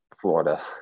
Florida